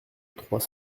trois